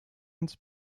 ins